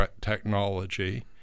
technology